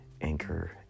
anchor